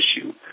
issue